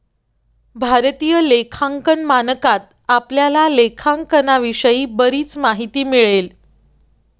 भारतीय लेखांकन मानकात आपल्याला लेखांकनाविषयी बरीच माहिती मिळेल